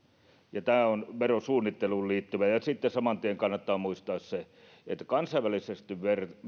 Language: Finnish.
ja tämä on verosuunnitteluun liittyvä sitten saman tien kannattaa muistaa se että kansainvälisesti